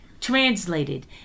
translated